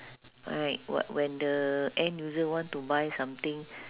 right what when the end user want to buy something